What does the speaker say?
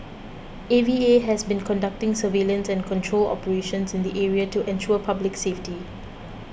A V A has been conducting surveillance and control operations in the area to ensure public safety